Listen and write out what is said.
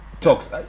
talks